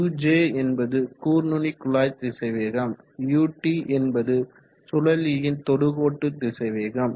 uj என்பது கூர்நுனிக்குழாய் திசைவேகம் ut என்பது சுழலியின் தொடுக்கோட்டு திசைவேகம்